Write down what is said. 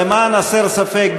למען הסר ספק,